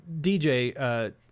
DJ